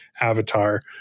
avatar